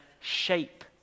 shape